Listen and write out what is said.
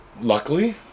luckily